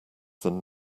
than